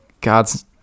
god's